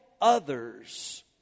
others